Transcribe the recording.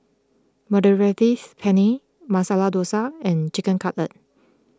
Mediterranean Penne Masala Dosa and Chicken Cutlet